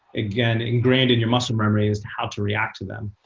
again, ingrained in your muscle memory as to how to react to them.